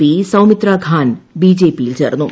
P Soumitra Khan ബിജെപിയിൽ ചേർന്നു